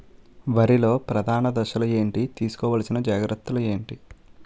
వరిలో ప్రధాన దశలు ఏంటి? తీసుకోవాల్సిన జాగ్రత్తలు ఏంటి?